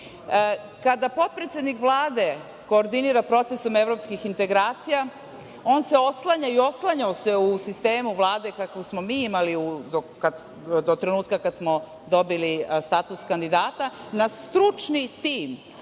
Kada potpredsednik Vlade koordinira procesom evropskih integracija, on se oslanja i oslanjao se u sistemu Vlade kakvu smo mi imali do trenutka kada smo dobili status kandidata, na stručni tim,